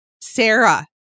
Sarah